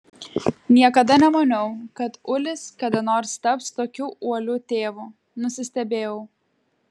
niekada nemaniau kad ulis kada nors taps tokiu uoliu tėvu nusistebėjau